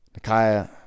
Nakaya